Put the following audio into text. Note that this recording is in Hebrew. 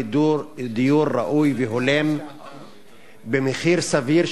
לדיור ראוי והולם במחיר סביר,